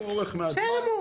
הוא אורך מעט זמן.